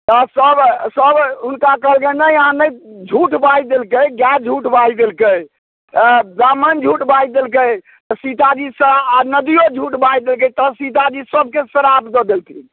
तऽ सब सब हुनका कहलकनि नहि अहाँ नहि झूठ बाजि देलकै गाए झूठ बाजि देलकै अएँ ब्राह्मण झूठ बाजि देलकै तऽ सीताजीसँ नदियो झूठ बाजि देलकै तहन सीताजी सबके श्राप दऽ देलथिन